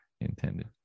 intended